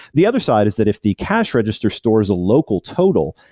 the other side is that if the cash register store is a local total,